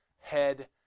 head